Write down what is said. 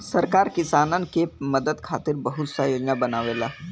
सरकार किसानन के मदद खातिर बहुत सा योजना बनावेला